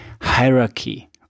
hierarchy